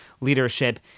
leadership